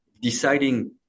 deciding